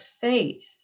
faith